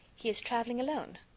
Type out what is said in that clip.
he is traveling alone.